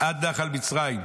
ועד נחל מצרים.